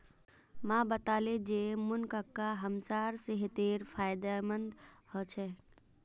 माँ बताले जे मुनक्का हमसार सेहतेर फायदेमंद ह छेक